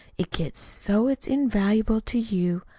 it gets so it's invaluable to you,